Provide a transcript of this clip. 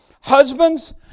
Husbands